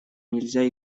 нельзя